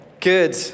good